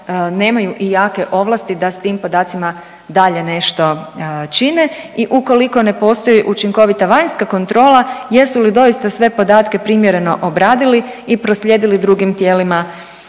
nemaju i jake ovlasti da s tim podacima dalje nešto čine i ukoliko ne postoji učinkovita vanjska kontrola jesu li doista sve podatke primjereno obradili i proslijedili drugim tijelima